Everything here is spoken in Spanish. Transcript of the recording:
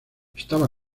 estaba